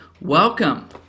welcome